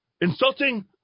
insulting